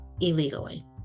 illegally